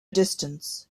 distance